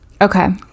Okay